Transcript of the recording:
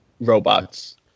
robots